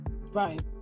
Right